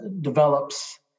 develops